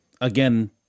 again